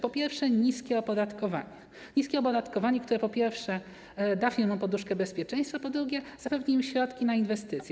Po pierwsze, niskie opodatkowanie - niskie opodatkowanie, które, po pierwsze, da firmom poduszkę bezpieczeństwa, po drugie, zapewni im środki na inwestycje.